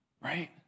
right